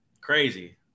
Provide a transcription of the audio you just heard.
Crazy